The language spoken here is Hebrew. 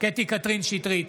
קטי קטרין שטרית,